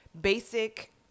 basic